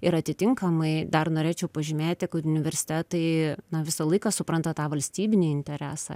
ir atitinkamai dar norėčiau pažymėti universitetai na visą laiką supranta tą valstybinį interesą